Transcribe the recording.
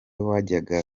wajyaga